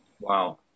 Wow